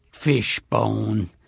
fishbone